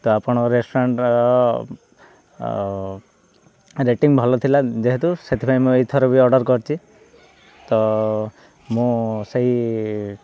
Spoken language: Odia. ତ ଆପଣଙ୍କ ରେଷ୍ଟୁରାଣ୍ଟ୍ର ରେଟିଂ ଭଲ ଥିଲା ଯେହେତୁ ସେଥିପାଇଁ ମୁଁ ଏଇ ଥର ବି ଅର୍ଡ଼ର କରିଛି ତ ମୁଁ ସେଇ